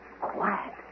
Quiet